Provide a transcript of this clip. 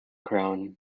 crown